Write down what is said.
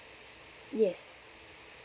yes